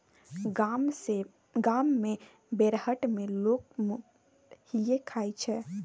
गाम मे बेरहट मे लोक मुरहीये खाइ छै